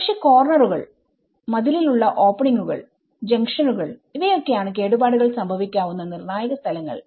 പക്ഷെ കോർണറുകൾ മതിലിൽ ഉള്ള ഓപ്പണിങ്ങുകൾ ജംഗ്ഷനുകൾ ഇവയൊക്കെയാണ് കേടുപാടുകൾ സംഭവിക്കാവുന്ന നിർണായക സ്ഥലങ്ങൾ